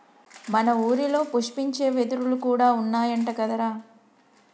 మన ఊరిలో పుష్పించే వెదురులు కూడా ఉన్నాయంట కదరా